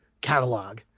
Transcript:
catalog